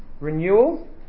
renewal